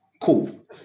cool